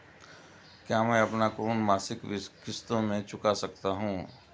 क्या मैं अपना ऋण मासिक किश्तों में चुका सकता हूँ?